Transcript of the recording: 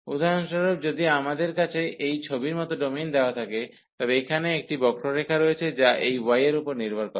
উদাহরণস্বরূপ যদি আমাদের কাছে এই ছবির মত ডোমেন দেওয়া থাকে তবে এখানে একটি বক্ররেখা রয়েছে যা এই y এর উপর নির্ভর করে